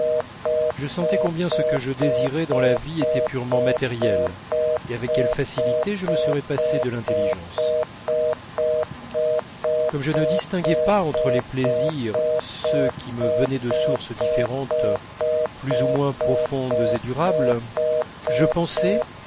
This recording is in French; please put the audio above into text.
je sentais combien ce que je désirais dans la vie était purement matériel et avec quelle facilité je me serais passé de l'intelligence comme je ne distinguais pas entre les plaisirs ceux qui me venaient de sources différentes plus ou moins profondes et durables je pensai